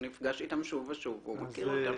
הוא נפגש איתם שוב ושוב והוא מכיר אותם.